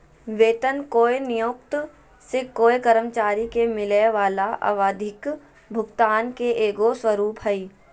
वेतन कोय नियोक्त से कोय कर्मचारी के मिलय वला आवधिक भुगतान के एगो स्वरूप हइ